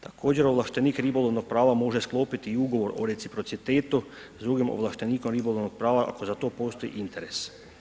Također ovlaštenik ribolovnog prava može sklopiti i ugovor o reciprocitetu s drugim ovlaštenikom ribolovnog prava ako za to postoji interes.